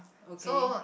okay